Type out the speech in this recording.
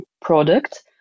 product